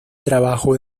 trabajo